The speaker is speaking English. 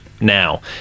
now